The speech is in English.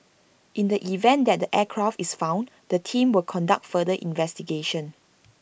in the event that the aircraft is found the team will conduct further investigation